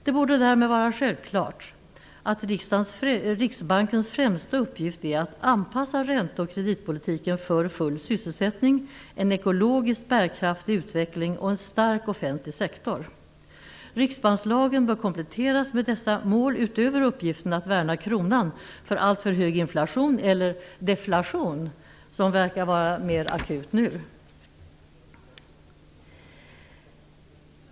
Det borde därmed vara självklart att Riksbankens främsta uppgift är att anpassa ränte och kreditpolitiken för full sysselsättning, en ekologiskt bärkraftig utveckling och en stark offentlig sektor. Riksbankslagen bör kompletteras med dessa mål utöver uppgiften att värna kronan för alltför hög inflation eller deflation, som verkar vara mer akut nu.